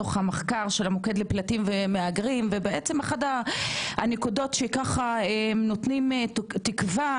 דוח המחקר של המוקד לפליטים ומהגרים ובעצם אחת הנקודות שככה נותנים תקווה